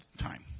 time